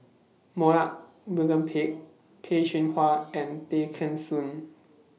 Pett Peh Chin Hua and Tay Kheng Soon